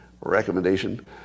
recommendation